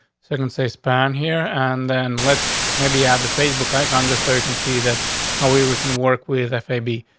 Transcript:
second, say span here. and then let's maybe have the facebook icon just so you can see that ah way we can work with that baby.